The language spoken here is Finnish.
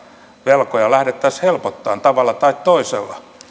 velkoja lähdettäisiin helpottamaan tavalla tai toisella